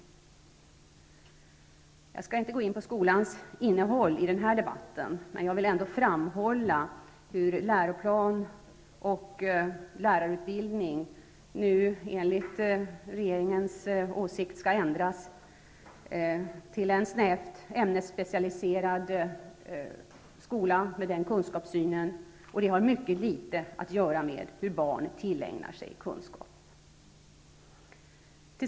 Jag skall i denna debatt inte gå in på skolans innehåll, men jag vill ändå framhålla hur läroplan och lärarutbildning nu enligt regeringens åsikt skall ändras till en snävt ämnesspecialiserad skola med den kunskapssynen, och det har mycket litet att göra med hur barn tillägnar sig kunskap.